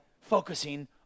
focusing